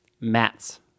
Mats